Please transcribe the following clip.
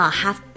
half